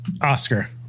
Oscar